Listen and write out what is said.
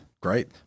Great